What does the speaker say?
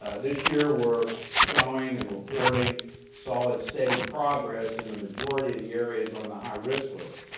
ah this year we're showing and reporting solid, steady progress in the majority of the areas on the high risk list.